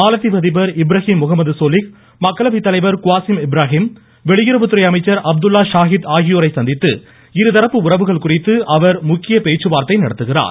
மாலத்தீவு அதிபர் இப்ராஹிம் முஹமது சோலிஹ் மக்களவைத் தலைவர் குவாசிம் இப்ராஹிம் வெளியுறவுத்துறை அமைச்சர் அப்துல்லா சாஹித் ஆகியோரைச் சந்தித்து இருதரப்பு உறவுகள் குறித்து அவர் முக்கிய பேச்சுவார்த்தை நடத்துகிறார்